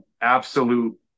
absolute